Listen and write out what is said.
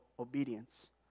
Obedience